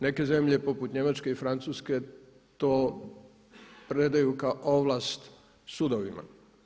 Neke zemlje poput Njemačke i Francuske to predaju kao ovlast sudovima.